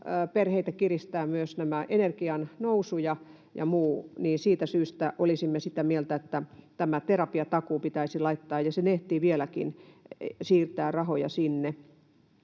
perheitä kiristää myös energian hinnan nousu ja muu. Siitä syystä olisimme sitä mieltä, että tämä terapiatakuu pitäisi laittaa, ja vieläkin ehtii siirtää rahoja sinne.